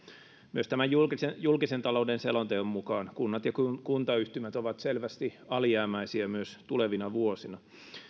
myös julkisen julkisen talouden selonteon mukaan kunnat ja kuntayhtymät ovat selvästi alijäämäisiä myös tulevina vuosina